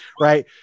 Right